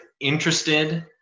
interested